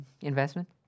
investment